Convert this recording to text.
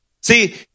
See